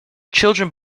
children